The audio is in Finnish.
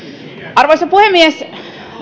arvoisa puhemies